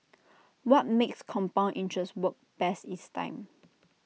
what makes compound interest work best is time